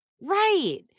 Right